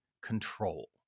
control